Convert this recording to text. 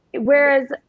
whereas